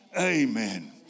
Amen